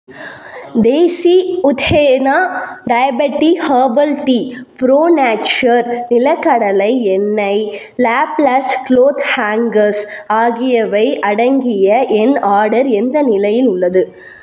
தேசி உத்ஹேனா diabetic herbal tea pro nature நிலக்கடலை எண்ணெய் லாப்ளஸ் கிளாத் ஹேங்கர்ஸ் ஆகியவை அடங்கிய என் ஆர்டர் எந்த நிலையில் உள்ளது